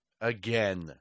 again